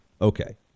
Okay